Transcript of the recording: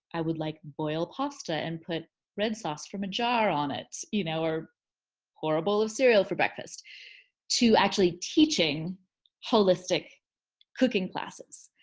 i would like boil pasta and put red sauce from a jar on it you know or pour a bowl of cereal for breakfast to actually teaching holistic cooking classes.